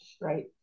right